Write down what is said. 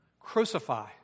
crucify